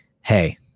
hey